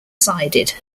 sided